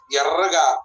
Yarraga